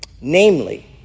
Namely